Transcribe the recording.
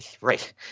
right